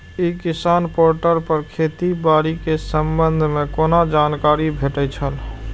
ई किसान पोर्टल पर खेती बाड़ी के संबंध में कोना जानकारी भेटय छल?